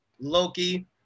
Loki